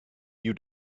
you